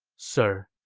sir,